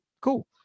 Cool